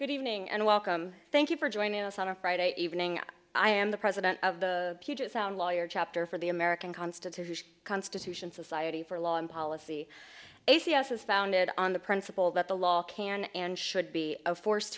good evening and welcome thank you for joining us on a friday evening i am the president of the puget sound lawyer chapter for the american constitution constitution society for law and policy a c s is founded on the principle that the law can and should be a force